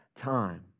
time